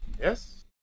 Yes